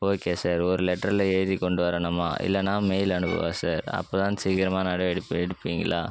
okay sir ஒரு லெட்டரில் எழுதி கொண்டு வரணுமா இல்லைனா மெயில் அனுப்பவா சார் அப்போ தான் சீக்கிரமாக நடவடிப்பை எடுப்பிங்களா